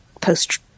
post